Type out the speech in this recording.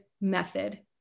method